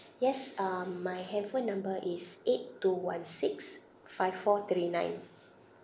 yes um my handphone number is eight two one six five four three nine